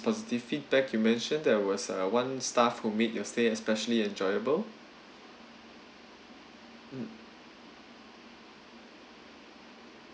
positive feedback you mentioned there was uh one staff who made your stay especially enjoyable mm